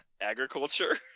Agriculture